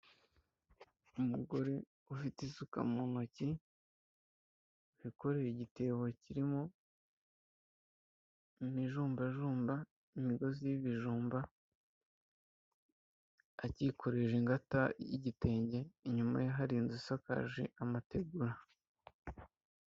Umugore ufite isuka mu ntoki, wikoreye igitebo kirimo imijumbajumba, imigozi y'ibijumba, akikoreje ingata y'igitenge, inyuma ye hari inzu isakaje amategura.